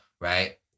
Right